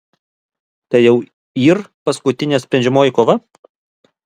tai jau yr paskutinė sprendžiamoji kova